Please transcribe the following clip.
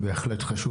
בהחלט חשוב.